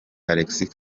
alexis